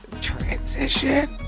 Transition